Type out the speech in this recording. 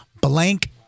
Blank